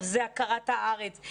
אבל זה הכרת הארץ,